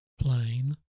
plane